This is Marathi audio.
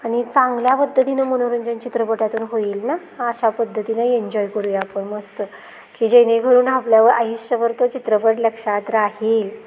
आणि चांगल्या पद्धतीनं मनोरंजन चित्रपटातून होईल ना अशा पद्धतीने एन्जॉय करूया आपण मस्त की जेणेकरून आपल्यावर आयुष्यभर तो चित्रपट लक्षात राहील